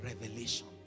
revelation